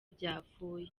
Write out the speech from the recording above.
byavuye